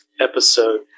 episode